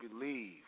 believe